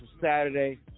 Saturday